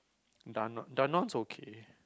Da~ Dannon's okay